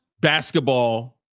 basketball